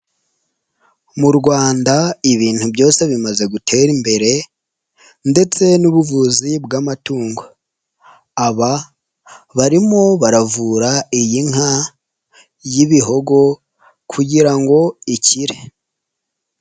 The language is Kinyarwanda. Mu Rwanda ibintu byose bimaze gutera imbere, ndetse n'ubuvuzi bw'amatungo. Aba barimo baravura iyi nka y'ibihogo kugira ngo ikire.